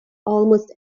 almost